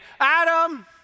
Adam